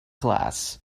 glass